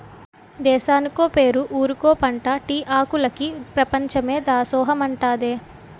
దేశానికో పేరు ఊరికో పంటా టీ ఆకులికి పెపంచమే దాసోహమంటాదే